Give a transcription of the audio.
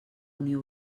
unió